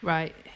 Right